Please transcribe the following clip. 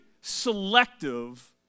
selective